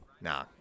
nah